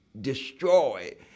destroy